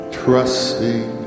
trusting